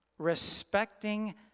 respecting